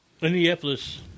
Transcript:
Minneapolis